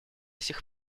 сих